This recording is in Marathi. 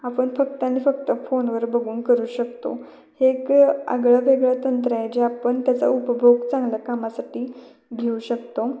आपण फक्त आणि फक्त फोनवर बघून करू शकतो हे एक आगळंवेगळं तंत्र आहे जे आपण त्याचा उपभोग चांगल्या कामासाठी घेऊ शकतो